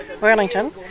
Wellington